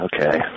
okay